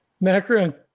Macron